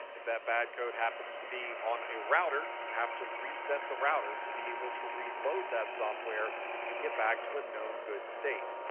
if that bad code happens to be on a router, you have to reset the router to be able to reload that software and get back to a known good state.